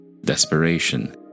desperation